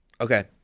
Okay